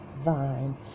vine